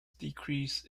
decrease